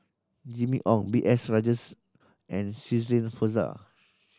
Jimmy Ong B S Rajhans and Shirin Fozdar